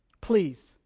Please